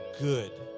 good